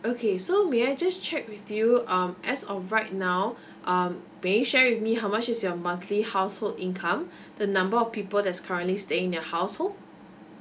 okay so may I just check with you um as of right now um can you share with me how much is your monthly household income the number of people that's currently staying in your household